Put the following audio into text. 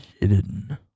hidden